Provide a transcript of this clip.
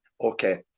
Okay